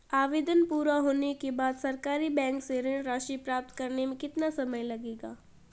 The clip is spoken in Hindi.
आवेदन पूरा होने के बाद सरकारी बैंक से ऋण राशि प्राप्त करने में कितना समय लगेगा?